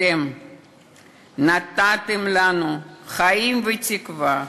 אתם נתתם לנו חיים ותקווה,